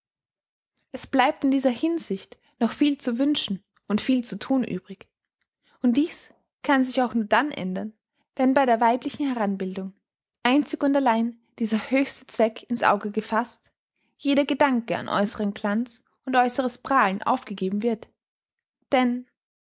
es bleibt in dieser hinsicht noch viel zu wünschen und viel zu thun übrig und dies kann sich auch nur dann ändern wenn bei der weiblichen heranbildung einzig und allein dieser höchste zweck in's auge gefaßt jeder gedanke an äußeren glanz und äußeres prahlen aufgegeben wird denn